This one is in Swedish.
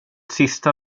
sista